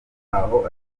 aho